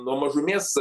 nuo mažumės